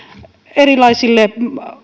erilaisille